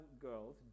girls